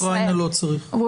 באוקראינה לא צריך,